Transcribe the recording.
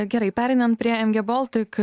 gerai pereinant prie mg baltic